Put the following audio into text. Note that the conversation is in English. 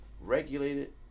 regulated